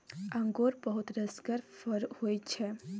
अंगुर बहुत रसगर फर होइ छै